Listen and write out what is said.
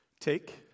Take